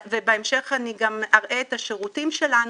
ובהמשך אני גם אראה את השירותים שלנו,